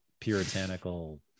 puritanical